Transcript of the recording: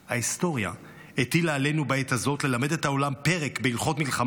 ההיסטוריה הטילה עלינו בעת הזאת ללמד את העולם פרק בהלכות מלחמה,